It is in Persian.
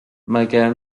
مگر